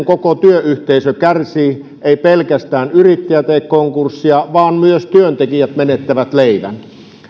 koko työyhteisö kärsii ei pelkästään yrittäjä tee konkurssia vaan myös työntekijät menettävät leivän